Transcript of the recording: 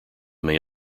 may